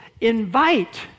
invite